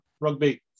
rugby